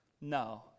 No